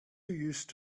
used